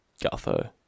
Gutho